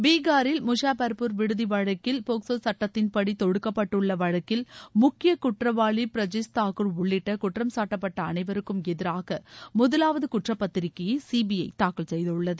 பீகாரில் முஷாஃபர்பூர் விடுதி வழக்கில் பாக்கோ சுட்டத்தின்படி தொடுக்கப்பட்டுள்ள வழக்கில் முக்கிய குற்றவாளி பிரஜேஸ் தாக்கூர் உள்ளிட்ட குற்றம்சாட்டப்பட்ட அனைவருக்கும் எதிராக முதலாவது குற்றப்பத்திரிக்கையை சிபிஐ தாக்கல் செய்துள்ளது